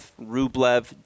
Rublev